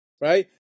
Right